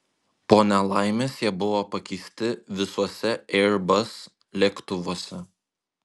po nelaimės jie buvo pakeisti visuose airbus lėktuvuose